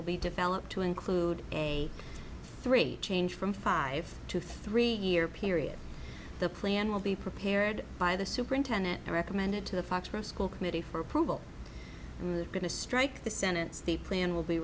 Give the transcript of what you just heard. will be developed to include a three change from five to three year period the plan will be prepared by the superintendent recommended to the folks from school committee for approval and was going to strike the sentence the plan will be